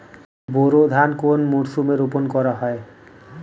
বোরো ধান কোন মরশুমে রোপণ করা হয়?